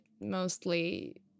mostly